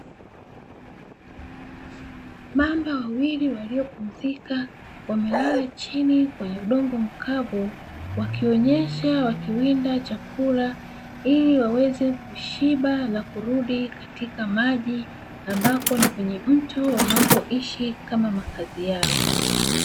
Mamba wawili waliopumzika wamelala chini kwenye udongo mkavu wakionyesha wakiwinda chakula, ili waweze kushiba na kurudi katika maji ambako ni kwenye mto wanakoishi kama makazi yao.